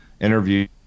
interview